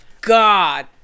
God